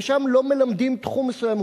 ושם לא מלמדים תחום מסוים,